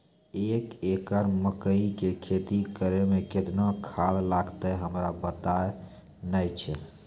एक एकरऽ मकई के खेती करै मे केतना खाद लागतै हमरा पता नैय छै?